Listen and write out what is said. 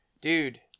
dude